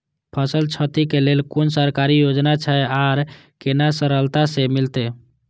फसल छति के लेल कुन सरकारी योजना छै आर केना सरलता से मिलते?